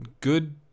good